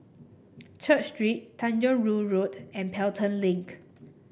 Church Street Tanjong Rhu Road and Pelton Link